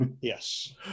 Yes